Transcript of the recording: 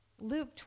Luke